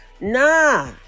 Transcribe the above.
nah